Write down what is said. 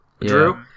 Drew